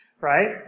right